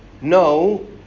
No